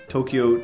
Tokyo